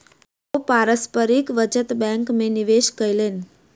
ओ पारस्परिक बचत बैंक में निवेश कयलैन